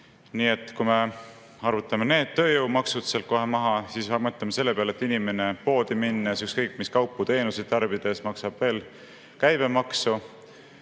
Nii et kui me arvutame need tööjõumaksud sealt kohe maha, mõtleme selle peale, et inimene poodi minnes ükskõik mis kaupu-teenuseid tarbides maksab veel käibemaksu,